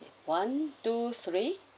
one two three